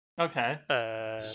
Okay